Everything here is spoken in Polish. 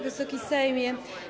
Wysoki Sejmie!